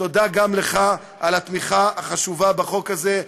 תודה גם לך על התמיכה החשובה בחוק הזה,